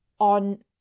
on